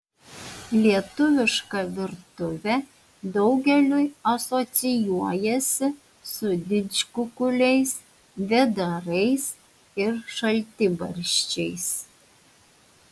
lietuviška virtuvė daugeliui asocijuojasi su didžkukuliais vėdarais ir šaltibarščiais